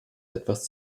etwas